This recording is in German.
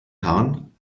herren